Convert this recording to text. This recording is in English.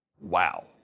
Wow